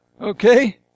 Okay